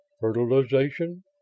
Fertilization